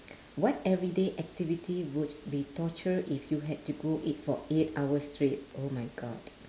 what everyday activity would be torture if you had to do it for eight hours straight oh my god